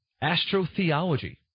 astro-theology